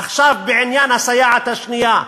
עכשיו בעניין הסייעת השנייה,